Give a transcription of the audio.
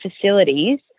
facilities